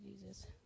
Jesus